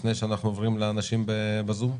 לפני שאנחנו עוברים לאנשים בזום?